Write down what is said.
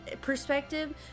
perspective